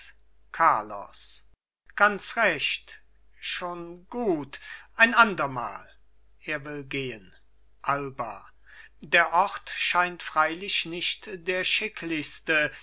carlos ganz recht schon gut ein andermal er will gehen alba der ort scheint freilich nicht der